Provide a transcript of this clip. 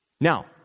now